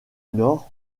north